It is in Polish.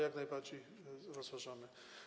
Jak najbardziej to rozważamy.